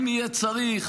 אם יהיה צריך,